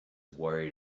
worried